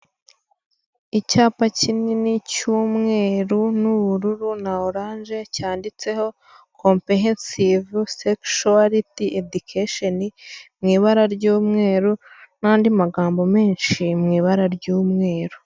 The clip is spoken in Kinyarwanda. Icyapa kinini cy'umweru n'ubururu na oranje cyanditseho kompurehensivu segishuwariti edikesheni mu ibara ry'umweru n'andi magambo menshi mu ibara ry'umweru.